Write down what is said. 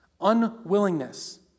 Unwillingness